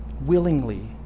willingly